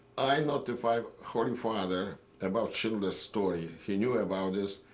i notified holy father about schindler story. he knew about this,